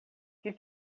que